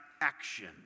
action